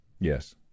Yes